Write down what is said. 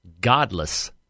godless